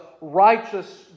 righteous